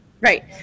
Right